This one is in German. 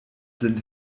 sind